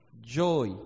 joy